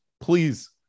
Please